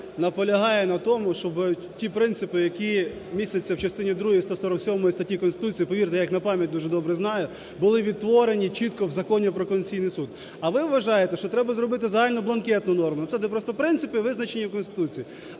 ви вважаєте, що треба зробити загальну бланкетну норму. Це де просто принципи, визначені в Конституції.